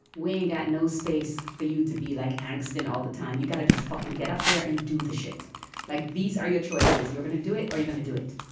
wanga got no space for you to be like angst and all the time you got to just fucking get up there and do the shit like these are your choices. you're gonna do it. are you gonna do it?